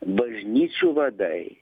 bažnyčių vadai